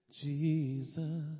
Jesus